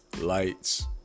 Lights